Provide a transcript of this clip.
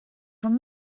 from